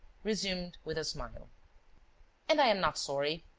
resumed with a smile and i am not sorry.